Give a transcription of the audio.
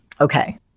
Okay